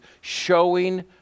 showing